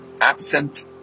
absent